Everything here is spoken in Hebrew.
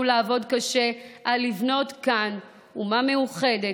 לעבוד קשה כדי לבנות כאן אומה מאוחדת,